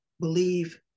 believe